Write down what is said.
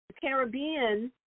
Caribbean